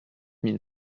mille